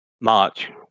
March